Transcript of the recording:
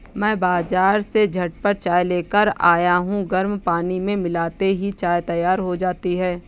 मैं बाजार से झटपट चाय लेकर आया हूं गर्म पानी में मिलाते ही चाय तैयार हो जाती है